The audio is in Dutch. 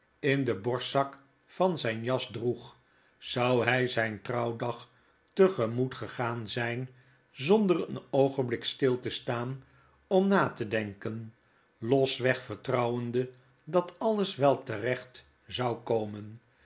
in de borstzak van zyn jas droeg zou hij zyn trouwdag te gemoet gegaan zyn zonder een oogenblik stil te staan om na te denken losweg vertrouwende dat alles wel terechtzou komen